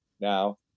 now